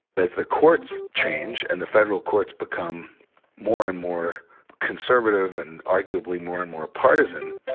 as the courts change and the federal courts become more and more conservative and arguably more and more partisan,